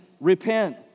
repent